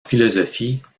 philosophie